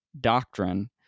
doctrine